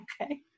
Okay